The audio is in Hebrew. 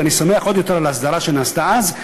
ואני שמח עוד יותר על ההסדרה שנעשתה אז,